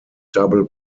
double